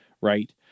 right